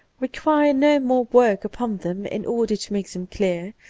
require no more work upon them, in order to make them, clear,